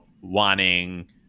wanting